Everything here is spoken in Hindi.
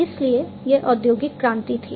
इसलिए यह औद्योगिक क्रांति थी